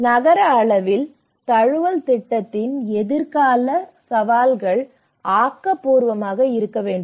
நகர அளவில் தழுவல் திட்டத்தின் எதிர்கால சவால்கள் ஆக்கபூர்வமாக இருக்க வேண்டும்